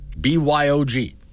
BYOG